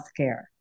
healthcare